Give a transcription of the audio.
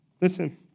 Listen